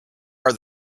are